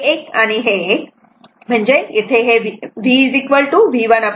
हे हे लिहिलेले आहे